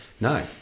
no